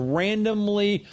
randomly